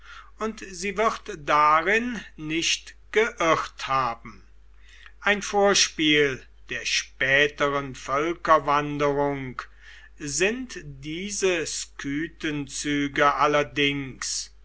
und sie wird darin nicht geirrt haben ein vorspiel der späteren völkerwanderung sind diese skythenzüge allerdings